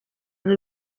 nel